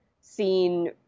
seen